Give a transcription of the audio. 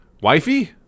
wifey